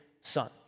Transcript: son